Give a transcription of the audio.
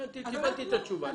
הבנתי את התשובה.